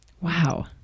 Wow